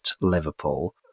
Liverpool